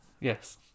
yes